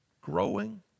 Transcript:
Growing